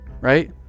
right